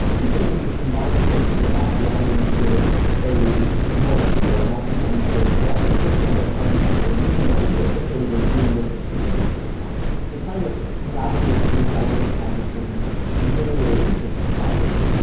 keeping in mind of course that we're not running sort of a large-scale multi-tenanted production system that tons of people are using every day but sort of are doing this in in their research context. trying to navigate sort of all those kinds of things has been a really interesting challenge.